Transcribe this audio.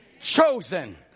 Chosen